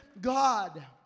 God